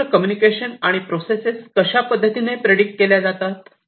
उत्कृष्ट कम्युनिकेशन आणि प्रोसेस कशा पद्धतीने प्रेडिक्ट केल्या जातात